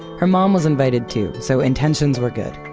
her mom was invited to, so intentions were good.